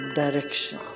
direction